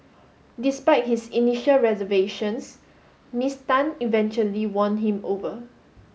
despite his initial reservations Ms Tan eventually won him over